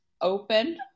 open